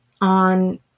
on